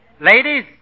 ladies